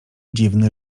dziwny